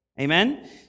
Amen